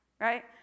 right